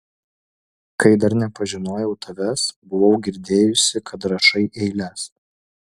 kai dar nepažinojau tavęs buvau girdėjusi kad rašai eiles